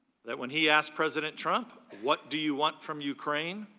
that when he asked president trump what do you want from ukraine,